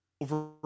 Over